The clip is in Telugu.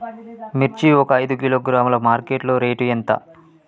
మిర్చి ఒక ఐదు కిలోగ్రాముల మార్కెట్ లో రేటు ఎంత?